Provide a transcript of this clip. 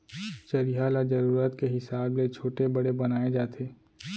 चरिहा ल जरूरत के हिसाब ले छोटे बड़े बनाए जाथे